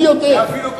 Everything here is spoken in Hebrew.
אני יודע.